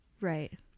right